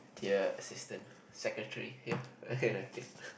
dear assistant secretary here kidding lah